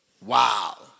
Wow